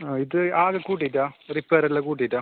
ആ ഇത് ആകെ കൂട്ടിയിട്ടാണോ റിപ്പയർ എല്ലാം കൂട്ടിയിട്ടാണോ